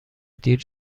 دیر